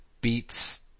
beats